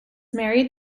married